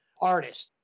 artist